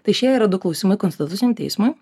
tai šie yra du klausimai konstituciniui teismui